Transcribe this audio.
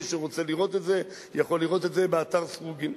מי שרוצה לראות את זה יכול לראות את זה באתר "סרוגים".